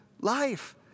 life